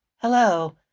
hello.